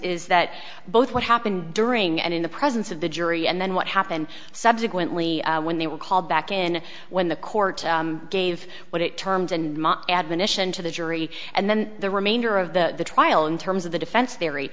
is that both what happened during and in the presence of the jury and then what happened subsequently when they were called back in when the court gave what it terms and admonition to the jury and then the remainder of the trial in terms of the defense theory